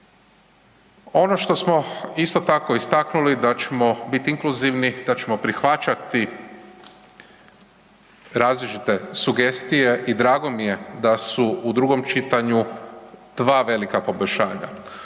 Ono što smo isto tako istaknuli da ćemo biti inkluzivni, da ćemo prihvaćati različite sugestije i drago mi je da su u drugom čitanju dva velika poboljšanja.